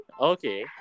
Okay